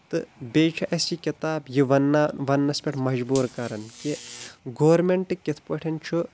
تہٕ بییٚہِ چھِ اسہِ یہِ کِتاب یہِ وننا یہِ وننس پٮ۪ٹھ مجبور کران کہِ گورمیٚنٹ کِتھ پٲٹھۍ چھُ